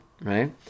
right